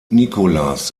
nicolas